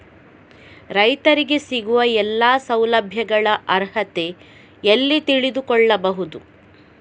ರೈತರಿಗೆ ಸಿಗುವ ಎಲ್ಲಾ ಸೌಲಭ್ಯಗಳ ಅರ್ಹತೆ ಎಲ್ಲಿ ತಿಳಿದುಕೊಳ್ಳಬಹುದು?